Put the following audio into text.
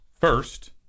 first